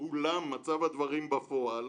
"אולם מצב הדברים בפועל,